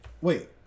Wait